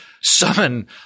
summon